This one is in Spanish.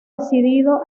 decidido